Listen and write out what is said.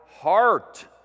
heart